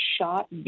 shot